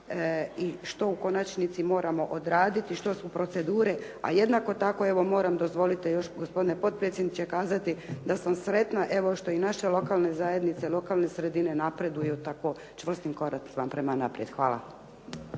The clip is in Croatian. i što u konačnici moramo odraditi? Što su procedure? A jednako tako evo moram, dozvolite još gospodine potpredsjedniče kazati, da sam sretna evo što i naše lokalne zajednice, lokalne sredine napreduju tako čvrstim koracima prema naprijed. Hvala.